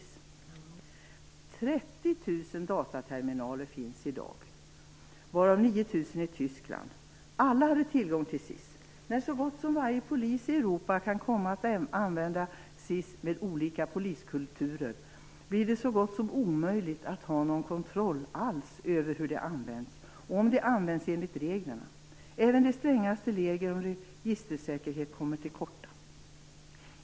Det finns i dag 30 000 dataterminaler, varav 9 000 i Tyskland. Alla har tillgång till SIS. När så gott som varje polis i Europa kan komma att använda SIS med olika poliskulturer blir det så gott som omöjligt att ha någon kontroll alls över hur det används och om det används enligt reglerna. Även de strängaste regler om registersäkerhet kommer till korta.